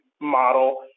model